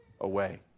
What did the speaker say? away